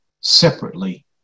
separately